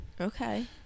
Okay